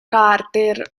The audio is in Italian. carter